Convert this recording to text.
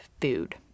food